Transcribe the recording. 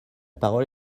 parole